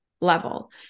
level